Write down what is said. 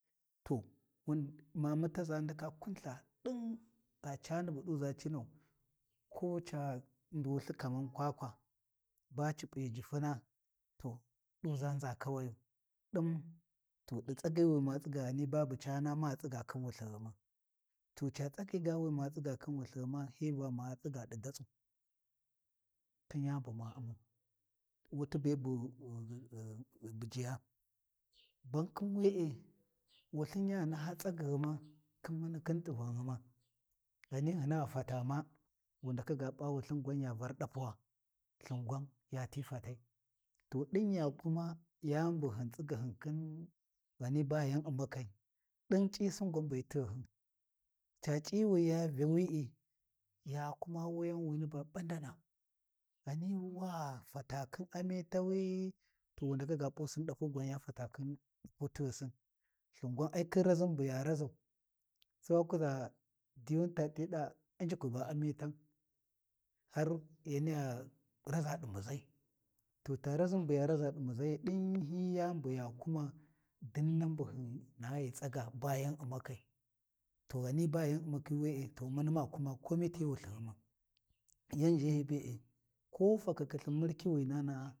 To, mamutaʒa ndaka kun ltha ɗingha cani bu ɗuʒa cinau, ko ca nɗulthi kamar kwakwa ba ci p’i difuna, ɗuʒa nʒa kawayu ɗin to ɗi tsagi wi ma tsigau ghani babu caana ma tsiga khin wulthighuma, to ca tsagi ga wi ma tsiga khia wulthi ghima hi Va ma tsiga di datsu, khin yani ba U’mau, wut be bu ghi bujiya, bankhin we’e, wulthin ya naha tsagyi ghuma mani khin tivan ghuma, ghani hina fata ma, wu ndaka ga p’a wulthin gwan ya Var ɗapuwa, lthingwan yati fatai. To ɗin ya kuma yani bu hin tsigyihin khin ghani ba yan U’makai ɗin c'isin gwan be tighihin, ca c'iyi wi ya Vyawi’i ya kuma wuyawini ba ɓandana. Ghani wa fata khin Amitawi to wu ndaka ga P’usin ɗapuwa gwan ya fata khin kutighisin lthin gwan ai khin raʒin bu ya raʒau, Sai wa kuʒa diyuni tati ɗa va u'njiku ba Amitan, har yaniya raʒa di muʒhi, to ta raʒin bu ya raʒa ɗi muʒayi din hyi yani buya kua dinnan bu hyina ghi tsaga ba yan U’makai, to ghani ba yan umakhi we’e to mani ma kuma komi ti wulthighuma; yan ʒhahiyi be’e, ko fakakhi murkiwinana’a